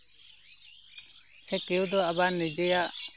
ᱥᱮ ᱠᱮᱣ ᱫᱚ ᱟᱵᱟᱨ ᱱᱤᱡᱮᱭᱟᱜ